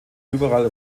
überall